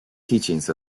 teachings